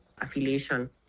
affiliation